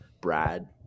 Brad